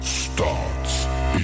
starts